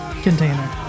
container